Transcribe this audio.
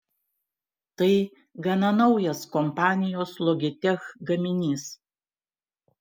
tai gana naujas kompanijos logitech gaminys